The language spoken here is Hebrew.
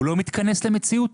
הוא לא מתכנס למציאות.